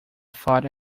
thought